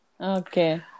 Okay